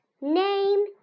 Name